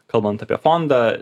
kalbant apie fondą